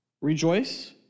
Rejoice